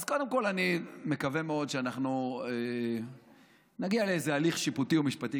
אז קודם כול אני מקווה מאוד שאנחנו נגיע לאיזה הליך שיפוטי או משפטי,